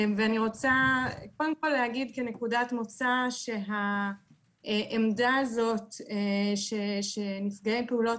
אני רוצה להגיד קודם כל כנקודת מוצא שהעמדה הזו שנפגעי פעולות